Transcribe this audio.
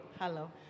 Hello